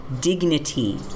dignity